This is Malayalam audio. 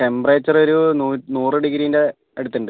ടെംപറേച്ചർ ഒരു നൂറ് നൂറ് ഡിഗ്രീയുടെ അടുത്തുണ്ട്